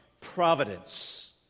providence